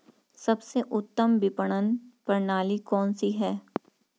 सबसे उत्तम विपणन प्रणाली कौन सी है?